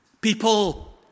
people